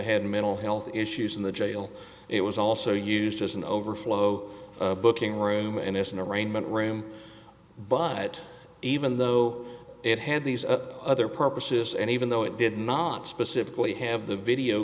had mental health issues in the jail it was also used as an overflow booking room and as an arraignment room but even though it had these up other purposes and even though it did not specifically have the video